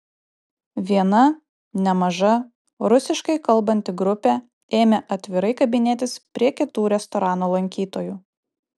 viena nemaža rusiškai kalbanti grupė ėmė atvirai kabinėtis prie kitų restorano lankytojų